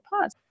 pause